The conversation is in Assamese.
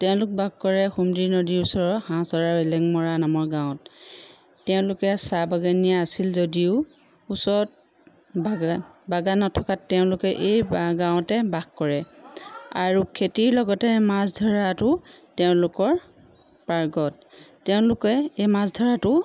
তেওঁলোক বাস কৰে সোমদি নদীৰ ওচৰৰ হাঁহচৰাৰ এলেংমৰা নামৰ গাঁৱত তেওঁলোকে চাহ বাগানীয়া আছিল যদিও ওচৰত বাগান বাগান নথকাত তেওঁলোকে এই গাঁৱতে বাস কৰে আৰু খেতিৰ লগতে মাছ ধৰাটোও তেওঁলোকৰ পাৰ্গত তেওঁলোকে এই মাছ ধৰাটো